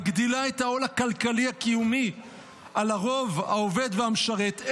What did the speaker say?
מגדילה את העול הכלכלי הקיומי על הרוב העובד והמשרת,